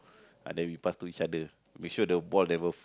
ah then we pass to each other make sure the ball never